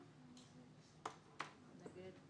נגד,